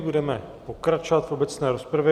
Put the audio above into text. Budeme pokračovat v obecné rozpravě.